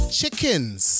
chickens